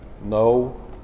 No